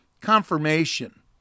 Confirmation